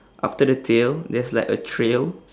after the tail there's like a trail